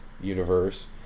universe